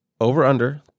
Over-under